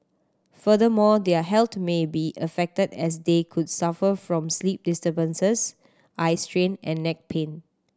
furthermore their health may be affected as they could suffer from sleep disturbances eye strain and neck pain